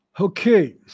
Okay